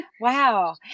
Wow